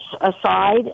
aside